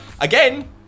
Again